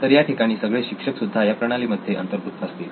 तर या ठिकाणी सगळे शिक्षक सुद्धा या प्रणालीमध्ये अंतर्भूत असतील